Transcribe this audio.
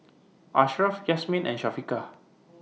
Ashraf Yasmin and Syafiqah